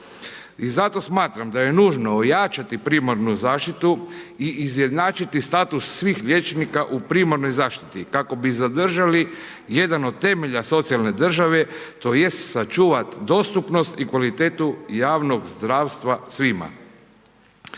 zato smatram da je nužno ojačati primarnu zaštitu i izjednačiti status svih liječnika u primarnoj zaštiti kako bi zadržali jedan od temelja socijalne države, tj. sačuvat dostupnost i kvalitetu javnog zdravstva svima.